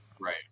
Right